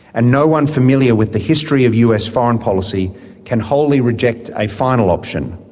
and no-one familiar with the history of us foreign policy can wholly reject a final option